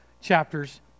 Chapters